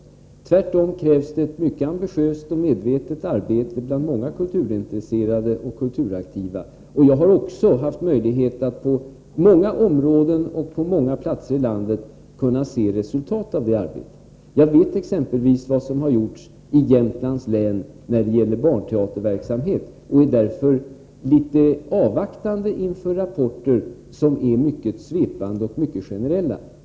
Tvärtom krävs det mycket ambitiöst och medvetet arbete bland många kulturintresserade och kulturaktiva. Jag har haft möjlighet att på många områden på många platser i landet se resultat av det arbetet. Jag vet exempelvis vad som har gjorts i Jämtlands län när det gäller barnteaterverksamhet. Därför är jag litet avvaktande inför rapporter som är mycket svepande och generella.